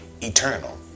eternal